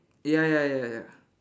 ya ya ya ya